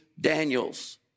Daniels